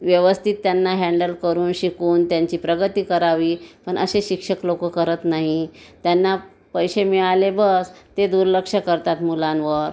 व्यवस्थित त्यांना हँडल करून शिकवून त्यांची प्रगती करावी पण असे शिक्षक लोकं करत नाही त्यांना पैसे मिळाले बस ते दुर्लक्ष करतात मुलांवर